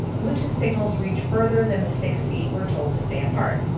bluetooth signals reach further than the six feet we're told to stay apart.